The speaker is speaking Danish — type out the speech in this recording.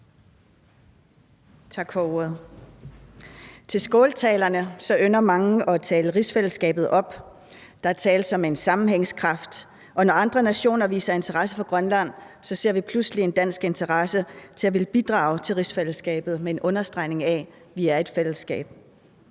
Tak for ordet. I skåltalerne ønsker mange at tale rigsfællesskabet op. Der tales om en sammenhængskraft, og når andre nationer viser interesse for Grønland, ser vi pludselig en dansk interesse for at ville bidrage til rigsfællesskabet med en understregning af, at vi er et fællesskab.